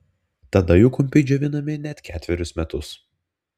tada jų kumpiai džiovinami net ketverius metus